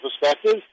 perspective